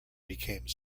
became